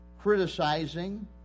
criticizing